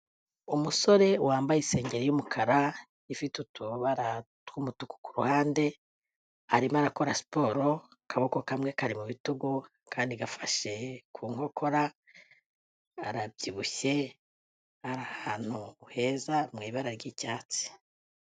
Umusore wambaye isengeri y'umukara, ifite utubara tw'umutuku ku ruhande arimo arakora siporo, akaboko kamwe kari mu bitugu akandi gafashe ku nkokora, arabyibushye, ari ahantu heza mu ibara ry'icyatsi.